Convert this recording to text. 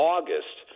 August –